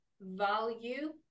value